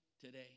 today